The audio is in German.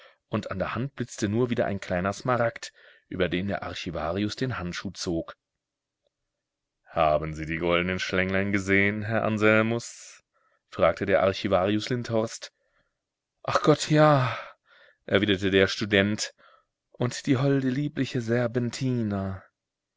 und an der hand blitzte nur wieder ein kleiner smaragd über den der archivarius den handschuh zog haben sie die goldnen schlänglein gesehen herr anselmus fragte der archivarius lindhorst ach gott ja erwiderte der student und die holde liebliche serpentina